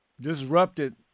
disrupted